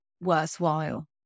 worthwhile